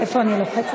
מי בעד?